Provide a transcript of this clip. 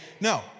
No